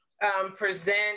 present